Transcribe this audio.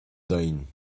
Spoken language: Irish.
deimhin